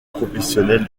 professionnel